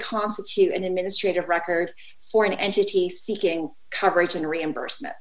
constitute an administrative record for an entity seeking coverage and reimbursement